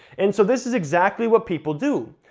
and so this is exactly what people do,